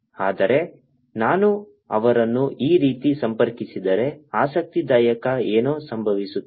ಆದರೆ ನಾನು ಅವರನ್ನು ಈ ರೀತಿ ಸಂಪರ್ಕಿಸಿದರೆ ಆಸಕ್ತಿದಾಯಕ ಏನೋ ಸಂಭವಿಸುತ್ತದೆ